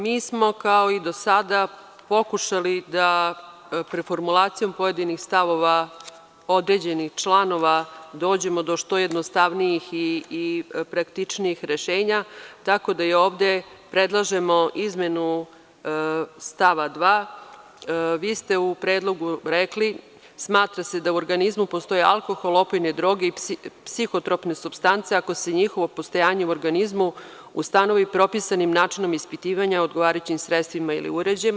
Mi smo, kao i do sada, pokušali da preformulacijom pojedinih stavova određenih članova dođemo do što jednostavnijih i praktičnijih rešenja, tako da ovde predlažemo izmenu stava 2. Vi ste u predlogu rekli – smatra se da u organizmu postoji alkohol, opojne droge ili psihotropne supstance ako se njihovo postojanje u organizmu ustanovi propisanim načinom ispitivanja odgovarajućim sredstvima ili uređajima.